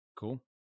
Cool